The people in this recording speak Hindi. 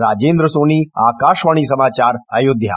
राजेन्द्र सोनी आकाशवाणी समाचार अयोध्या